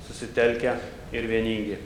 susitelkę ir vieningi